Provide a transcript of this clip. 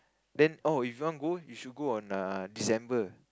then oh if you want to go you should go on err December